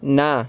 ના